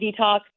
detox